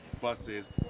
buses